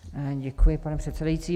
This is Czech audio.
Děkuji, pane předsedající.